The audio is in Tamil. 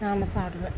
நான் சாப்பிடுவேன்